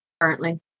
currently